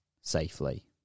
safely